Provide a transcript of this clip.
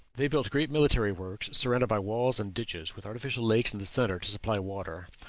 they built great military works surrounded by walls and ditches, with artificial lakes in the centre to supply water.